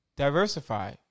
diversify